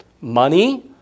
money